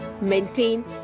maintain